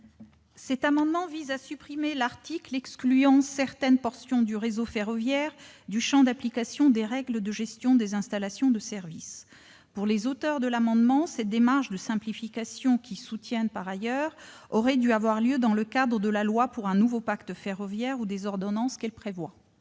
Cet amendement vise à supprimer l'article excluant certaines portions du réseau ferroviaire du champ d'application des règles de gestion des installations de service. Pour ses auteurs, cette démarche de simplification, qu'ils soutiennent par ailleurs, aurait dû avoir lieu dans le cadre de la loi pour un nouveau pacte ferroviaire ou des ordonnances qu'elle prévoit.